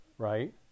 Right